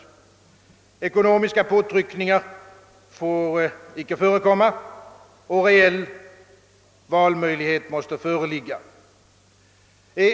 Ekonomiska påtryckningar får icke förekomma och en reell valmöjlighet måste föreligga.